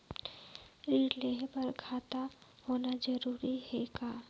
ऋण लेहे बर खाता होना जरूरी ह का?